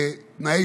שלמה, רשמתי.